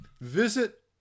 visit